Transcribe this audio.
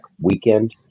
weekend